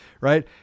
right